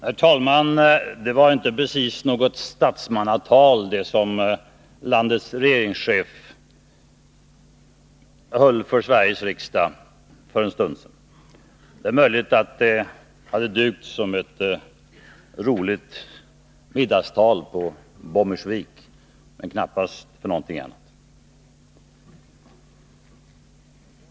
Herr talman! Det var inte precis något statsmannatal som landets regeringschef höll för Sveriges riksdag för en stund sedan. Det är möjligt att det hade dugt som ett roligt middagstal på Bommersvik.